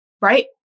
Right